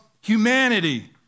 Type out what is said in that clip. humanity